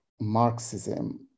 Marxism